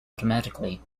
automatically